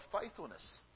faithfulness